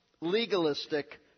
legalistic